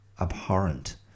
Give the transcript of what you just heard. abhorrent